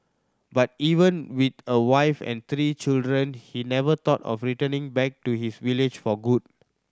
but even with a wife and three children he never thought of returning back to his village for good